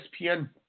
ESPN